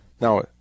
Now